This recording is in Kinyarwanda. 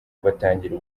batangira